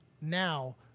now